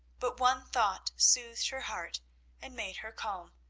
but one thought soothed her heart and made her calm,